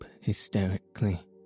hysterically